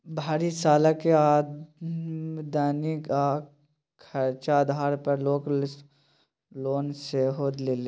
भरि सालक आमदनी आ खरचा आधार पर लोक लोन सेहो लैतै